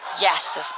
yes